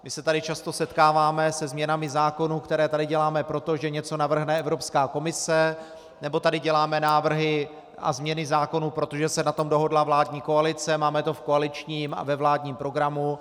My se tady často setkáváme se změnami zákonů, které tady děláme proto, že něco navrhne Evropská komise, nebo tady děláme návrhy a změny zákonů, protože se na tom dohodla vládní koalice, máme to v koaličním a vládním programu.